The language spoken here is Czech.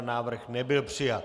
Návrh nebyl přijat.